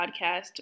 podcast